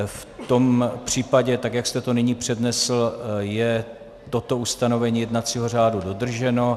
V tom případě tak, jak jste to nyní přednesl, je toto ustanovení jednacího řádu dodrženo.